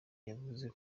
yavuze